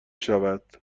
شود